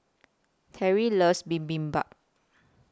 Terrie loves Bibimbap